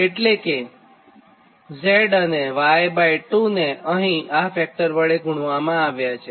એટલે Z અને Y2 ને અહીં આ ફેક્ટર વડે ગુણવામાં આવ્યા છે